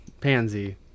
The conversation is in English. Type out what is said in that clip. Pansy